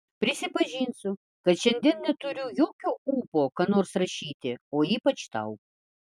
prisipažinsiu kad šiandien neturiu jokio ūpo ką nors rašyti o ypač tau